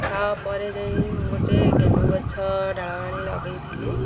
ତା'ପରେ ଯାଇ ମୁଁ ଗୋଟେ ଗେଣ୍ଡୁ ଗଛ ଡାଳ ଆଣି ଲଗାଇଥିଲି